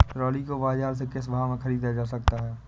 Trolley को बाजार से किस भाव में ख़रीदा जा सकता है?